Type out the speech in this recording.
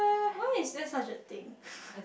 why is that such a thing